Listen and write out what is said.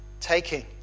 taking